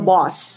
Boss